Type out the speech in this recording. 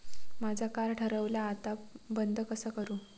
माझा कार्ड हरवला आता बंद कसा करू?